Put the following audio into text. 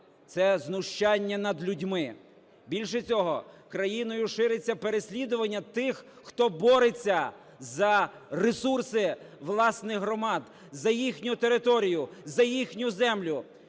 Це знущання над людьми. Більше цього, країною шириться переслідування тих, хто бореться за ресурси власних громад, за їхню територію, за їхню землю.